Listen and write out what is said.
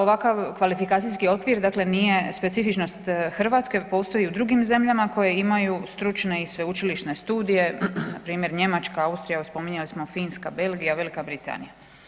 Ovakav kvalifikacijski okvir dakle nije specifičnost Hrvatske, postoji i u drugim zemljama koje imaju stručne i sveučilišne studije, npr. Njemačka, Austrija, evo spominjali smo Finska, Belgija, Velika Britanija.